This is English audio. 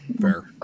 fair